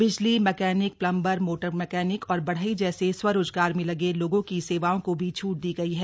बिजली mechanic plumber motor mechanic और बढ़ई जैसे स्वरोजगार में लगे लोगों की सेवाओं को भी छूट दी गई है